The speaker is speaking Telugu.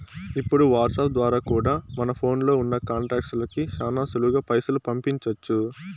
ఇప్పుడు వాట్సాప్ ద్వారా కూడా మన ఫోన్లో ఉన్నా కాంటాక్ట్స్ లకి శానా సులువుగా పైసలు పంపించొచ్చు